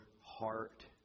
heart